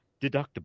deductible